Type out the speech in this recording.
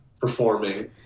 performing